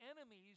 enemies